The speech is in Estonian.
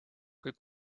kui